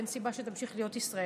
אין סיבה שתמשיך להיות ישראלי.